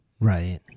Right